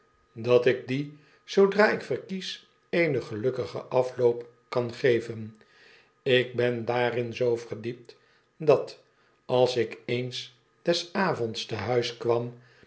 dat ik dien zoodra ik verkies eenen gelukkigen afloop kan geven ik ben daarin zoo verdiept dat als ik eens des avonds te huis kwam